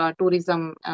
tourism